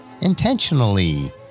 intentionally